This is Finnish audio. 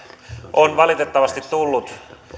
on valitettavasti tullut